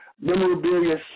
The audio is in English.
memorabilia